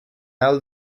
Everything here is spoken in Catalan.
alts